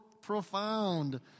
profound